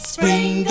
Spring